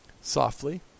Softly